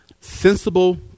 sensible